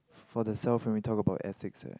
for the self when we talk about ethics